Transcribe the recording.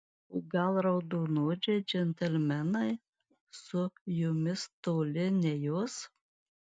o gal raudonodžiai džentelmenai su jumis toli nejos